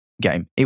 game